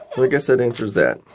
i guess that answers that.